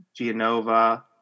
Gianova